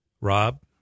Rob